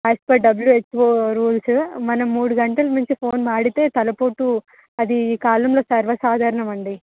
as per WHO rules మనం మూడు గంటల మించి ఫోన్ వాడితే తలపోటు అది ఈ కాలంలో సర్వసాధారణం అండి